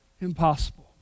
Impossible